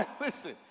Listen